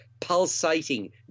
Pulsating